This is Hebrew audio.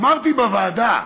אמרתי בוועדה,